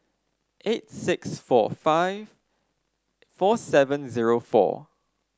eight six four five four seven zero four